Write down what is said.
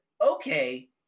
Okay